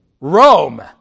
Rome